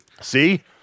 See